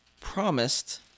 promised